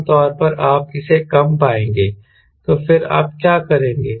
आम तौर पर आप इसे कम पाएंगे तो फिर आप क्या करेंगे